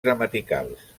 gramaticals